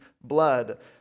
blood